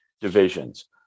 divisions